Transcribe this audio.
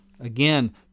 Again